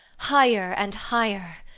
higher and higher!